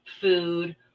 food